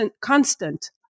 constant